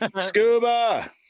Scuba